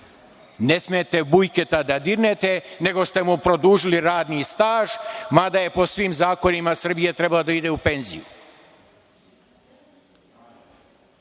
Ne smete Bujketa da dirnete, nego ste mu produžili radni staž, mada je po svim zakonima Srbije trebalo da ide u penziju. Krlić